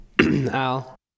Al